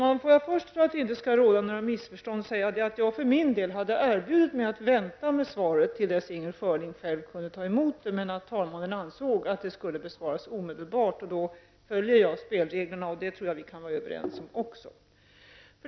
Herr talman! För att det inte skall råda något missförstånd hade jag erbjudit mig att vänta med mitt svar till dess Inger Schörling själv kunde ta emot det. Men talmannen ansåg att frågan skulle besvaras omedelbart. Då följer jag spelreglerna. Det kan vi vara överens om.